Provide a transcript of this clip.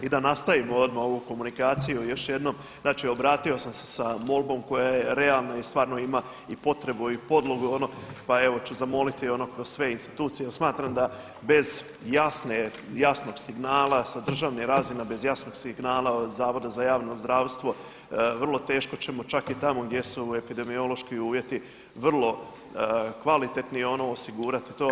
I da nastavimo ovu komunikaciju još jednom znači obratio sam se sa molbom koja je realna i stvarno ima potrebu i podlogu pa ću zamoliti kroz sve institucije jel smatram da bez jasnog signala sa državne razine, bez jasnog signala od Zavoda za javno zdravstvo vrlo teško ćemo čak i tamo gdje su epidemiološki uvjeti vrlo kvalitetni osigurati to.